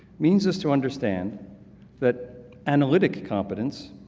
means us to understand that analytic competence,